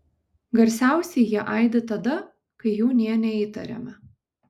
garsiausiai jie aidi tada kai jų nė neįtariame